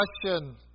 question